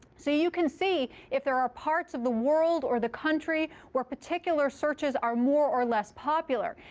so you can see if there are parts of the world or the country where particular searches are more or less popular.